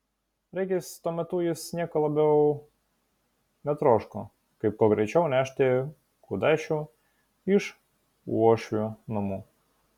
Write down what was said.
regis tuo metu jis nieko labiau netroško kaip kuo greičiau nešti kudašių iš uošvių namų